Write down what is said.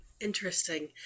Interesting